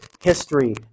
history